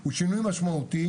זה שינוי משמעותי